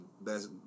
best